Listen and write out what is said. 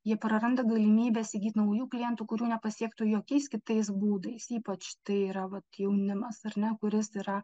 jie praranda galimybes įgyt naujų klientų kurių nepasiektų jokiais kitais būdais ypač tai yra vat jaunimas ar ne kuris yra